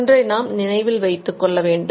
ஒன்றை நாம் நினைவில் வைத்துக்கொள்ள வேண்டும்